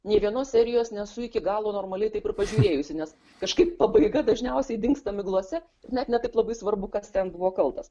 nė vienos serijos nesu iki galo normaliai taip ir pažiūrėjusi nes kažkaip pabaiga dažniausiai dingsta miglose net ne taip labai svarbu kas ten buvo kaltas